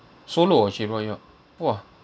solo ah she follow you all !wah!